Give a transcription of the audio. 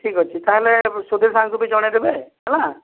ଠିକ ଅଛି ତା'ହେଲେ ସୁଧୀର ସାର୍ ଙ୍କୁ ବି ଜଣାଇ ଦେବେ ହେଲା